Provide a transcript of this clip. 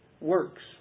works